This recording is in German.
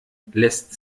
lässt